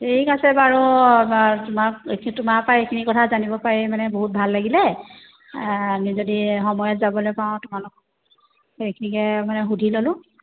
ঠিক আছে বাৰু তোমাক তোমাৰ পৰা এইখিনি কথা জানিব পাৰি মানে বহুত ভাল লাগিলে আমি যদি সময়ত যাবলৈ পাওঁ তোমালোকক এইখিনিকে মানে সুধি ল'লোঁ